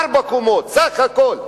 ארבע קומות סך הכול,